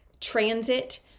transit